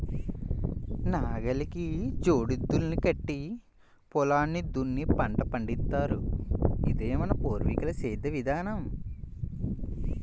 నాగలికి జోడెద్దుల్ని కట్టి పొలాన్ని దున్ని పంట పండిత్తారు, ఇదే మన పూర్వీకుల సేద్దెం విధానం